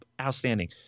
outstanding